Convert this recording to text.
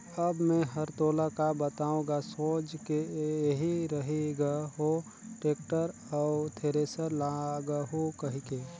अब मे हर तोला का बताओ गा सोच के एही रही ग हो टेक्टर अउ थेरेसर लागहूँ कहिके